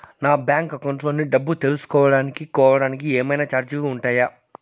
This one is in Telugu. నా బ్యాంకు అకౌంట్ లోని డబ్బు తెలుసుకోవడానికి కోవడానికి ఏమన్నా చార్జీలు ఉంటాయా?